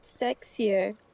sexier